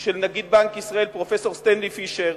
של נגיד בנק ישראל, פרופסור סטנלי פישר,